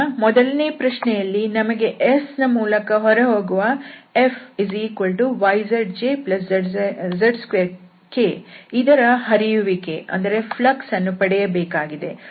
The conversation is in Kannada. ಮೊದಲನೇ ಪ್ರಶ್ನೆಯಲ್ಲಿ ನಮಗೆ ಮೇಲ್ಮೈ S ನ ಮೂಲಕ ಹೊರಹೋಗುವ Fyzjz2k ಇದರ ಹರಿಯುವಿಕೆ ಯನ್ನು ಪಡೆಯಬೇಕಾಗಿದೆ